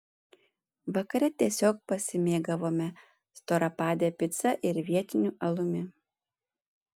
vakare tiesiog pasimėgavome storapade pica ir vietiniu alumi